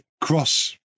cross